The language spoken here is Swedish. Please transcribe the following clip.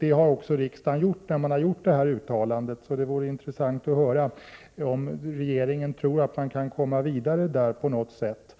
Det har också riksdagen gjort genom detta uttalande. Det vore intressant att höra om regeringen tror att man kan komma vidare där på något sätt.